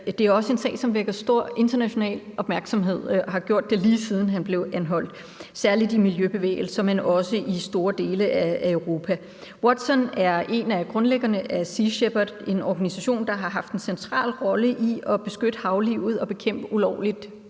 Det er også en sag, som vækker stor international opmærksomhed og har gjort det, lige siden han blev anholdt, særlig i miljøbevægelser, men også i store dele af Europa. Paul Watson er en af grundlæggerne af Sea Shepherd, en organisation, der har haft en central rolle i at beskytte havlivet og bekæmpe ulovligt